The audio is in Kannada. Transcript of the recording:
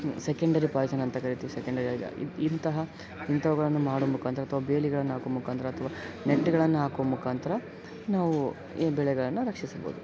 ಸೆಕೆಂಡರಿ ಪಾಯ್ಸನ್ ಅಂತ ಕರಿತೀವಿ ಸೆಕೆಂಡರಿಯಾಗಿ ಇಂತಹ ಇಂಥವುಗಳನ್ನು ಮಾಡೋ ಮುಖಾಂತರ ಅಥ್ವಾ ಬೇಲಿಗಳನ್ನು ಹಾಕೋ ಮುಖಾಂತರ ಅಥ್ವಾ ನೆಟ್ಗಳನ್ನು ಹಾಕೋ ಮುಖಾಂತರ ನಾವು ಈ ಬೆಳೆಗಳನ್ನು ರಕ್ಷಿಸಬೋದು